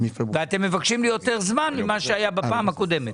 ואתם מבקשים ליותר זמן ממה שהיה בפעם הקודמת,